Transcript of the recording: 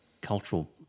cultural